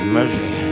Mercy